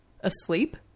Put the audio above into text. asleep